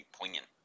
poignant